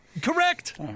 Correct